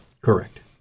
Correct